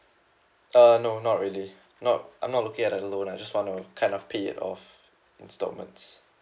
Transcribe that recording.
uh no not really not I'm not looking at a loan I just wanna kind of paid it off instalments